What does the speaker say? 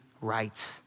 right